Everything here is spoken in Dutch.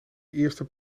eerste